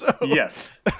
Yes